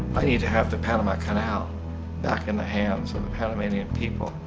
i need to have the panama canal back in the hands of the panamian people.